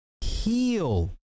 heal